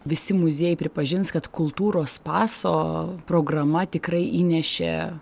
visi muziejai pripažins kad kultūros paso programa tikrai įnešė